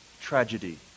tragedy